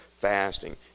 fasting